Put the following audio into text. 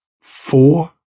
Four